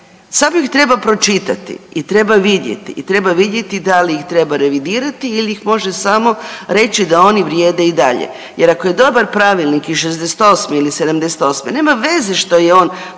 samo ih treba pročitati i treba vidjeti i treba vidjeti da li ih treba revidirati ili ih može samo reći da oni vrijede i dalje. Jer ako je dobar pravilnik iz '68. ili '78. nema veze što je on